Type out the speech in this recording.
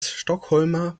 stockholmer